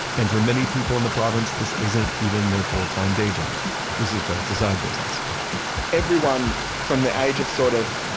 and for many people in the province, this isn't even their full-time day job. this is just a side business everyone from the age of, sort of,